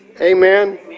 Amen